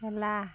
খেলা